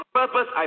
purpose